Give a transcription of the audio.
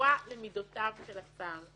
שתפורה למידותיו של השר,